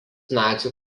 nacių